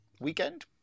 weekend